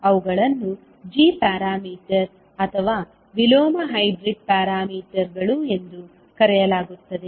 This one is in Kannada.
ಅವುಗಳನ್ನು g ಪ್ಯಾರಾಮೀಟರ್ ಅಥವಾ ವಿಲೋಮ ಹೈಬ್ರಿಡ್ ಪ್ಯಾರಾಮೀಟರ್ಗಳು ಎಂದು ಕರೆಯಲಾಗುತ್ತದೆ